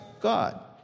God